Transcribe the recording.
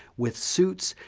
with suits,